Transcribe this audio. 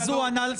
הוא ענה.